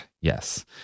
Yes